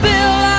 Bill